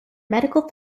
medical